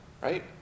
Right